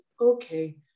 okay